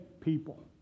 people